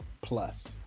plus